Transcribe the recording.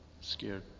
Scared